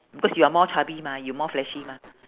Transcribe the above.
because you are more chubby mah you more fleshy mah